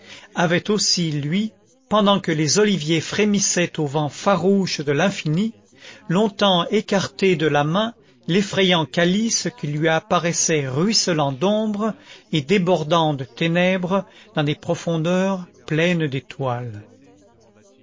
avait aussi lui pendant que les oliviers frémissaient au vent farouche de l'infini longtemps écarté de la main l'effrayant calice qui lui apparaissait ruisselant d'ombre et débordant de ténèbres dans des profondeurs pleines d'étoiles